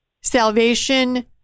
salvation